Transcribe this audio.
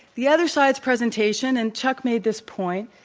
the other side's presentation, and chuck made this point,